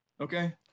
Okay